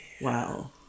Wow